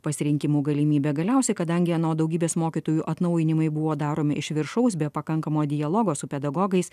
pasirinkimų galimybė galiausiai kadangi anot daugybės mokytojų atnaujinimai buvo daromi iš viršaus be pakankamo dialogo su pedagogais